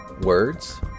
Words